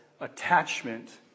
attachment